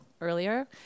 earlier